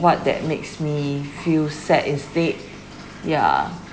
what that makes me feel sad instead yeah